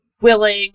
willing